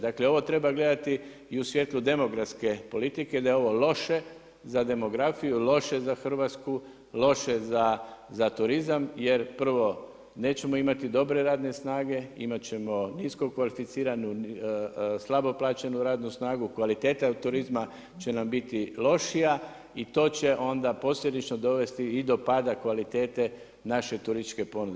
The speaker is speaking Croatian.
Dakle ovo treba gledati i u svjetlu demografske politike da je ovo loše za demografiju, loše za Hrvatsku, loše za turizam jer prvo nećemo imati dobre radne snage, imat ćemo niskokvalificiranu, slabo plaćenu radnu snagu, kvaliteta turizma će nam biti lošija i to će onda posljedično dovesti i do pada kvalitete naše turističke ponude.